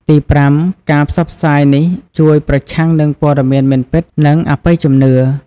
ទីប្រាំ ការផ្សព្វផ្សាយនេះជួយប្រឆាំងនឹងព័ត៌មានមិនពិត និងអបិយជំនឿ។